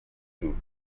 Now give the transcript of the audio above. through